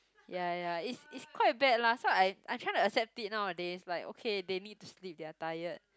ya ya ya it's it's quite bad lah so I I'm tryna accept it nowadays like okay they need to sleep they are tired